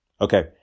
okay